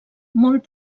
molt